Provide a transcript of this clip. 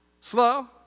slow